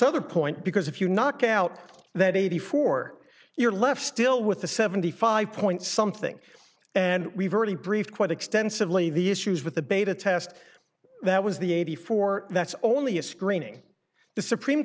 souther point because if you knock out that eighty four you're left still with the seventy five point something and we've already briefed quite extensively the issues with the beta test that was the eighty four that's only a screening the supreme